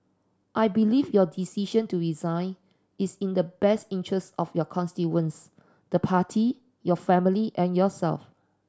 I believe your decision to resign is in the best interest of your constituents the Party your family and yourself